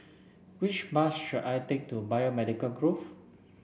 which bus should I take to Biomedical Grove